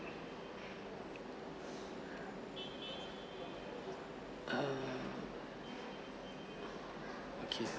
um okay